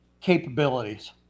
capabilities